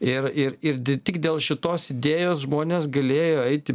ir ir ir tik dėl šitos idėjos žmonės galėjo eiti